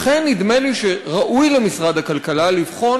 לכן נדמה לי שראוי למשרד הכלכלה לבחון